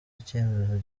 icyemezo